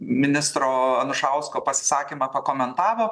ministro anušausko pasisakymą pakomentavo